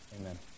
Amen